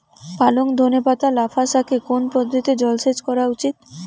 পালং ধনে পাতা লাফা শাকে কোন পদ্ধতিতে জল সেচ করা উচিৎ?